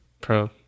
Pro